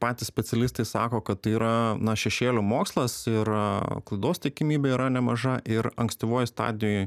patys specialistai sako kad tai yra na šešėlių mokslas ir klaidos tikimybė yra nemaža ir ankstyvoj stadijoj